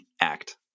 act